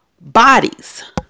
bodies